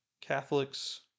Catholics